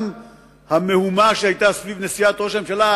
גם המהומה שהיתה סביב נסיעת ראש הממשלה,